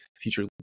future